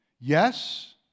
Yes